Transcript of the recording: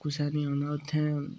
कुसै नि औना उत्थै